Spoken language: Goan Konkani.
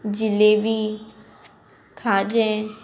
जिलेबी खाजें